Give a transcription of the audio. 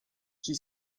she